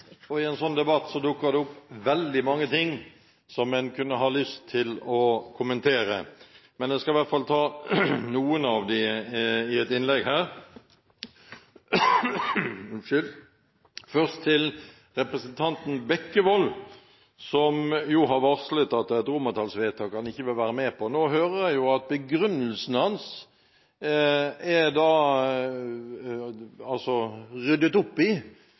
og i en sånn debatt dukker det opp veldig mange ting som en kunne ha lyst til å kommentere. Jeg skal ta noen av dem i dette innlegget. Først til representanten Bekkevold, som har varslet at det er et romertallsvedtak han ikke vil være med på. Nå hører jeg at begrunnelsen hans er ryddet opp i,